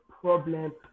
problem